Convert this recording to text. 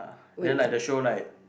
then like the show like